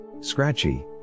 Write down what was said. Scratchy